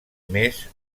més